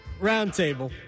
roundtable